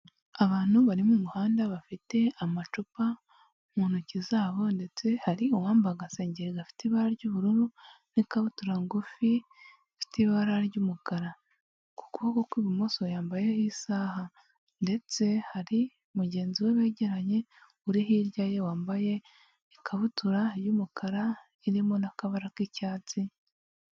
Abantu bari mu muhanda bafite amacupa mu ntoki zabo, ndetse hari uwambaye agasengeri gafite ibara ry'ubururu n'ikabutura ngufi ifite ibara ry'umukara, ku kuboko kw'ibumoso yambayeho isaha, ndetse hari mugenzi we begeranye uri hirya ye wambaye ikabutura y'umukara irimo n'akabara k'icyatsi.